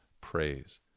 praise